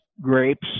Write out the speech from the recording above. grapes